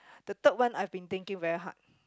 the third one I've been thinking very hard